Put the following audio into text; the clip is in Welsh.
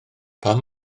pam